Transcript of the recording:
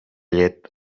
llet